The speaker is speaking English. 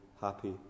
happy